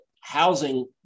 housing